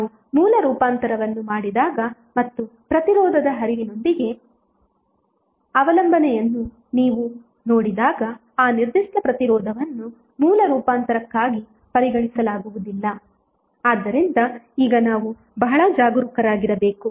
ನಾವು ಮೂಲ ರೂಪಾಂತರವನ್ನು ಮಾಡಿದಾಗ ಮತ್ತು ಪ್ರತಿರೋಧದ ಹರಿವಿನೊಂದಿಗೆ ಅವಲಂಬನೆಯನ್ನು ನೀವು ನೋಡಿದಾಗ ಆ ನಿರ್ದಿಷ್ಟ ಪ್ರತಿರೋಧವನ್ನು ಮೂಲ ರೂಪಾಂತರಕ್ಕಾಗಿ ಪರಿಗಣಿಸಲಾಗುವುದಿಲ್ಲ ಆದ್ದರಿಂದ ಈಗ ನಾವು ಬಹಳ ಜಾಗರೂಕರಾಗಿರಬೇಕು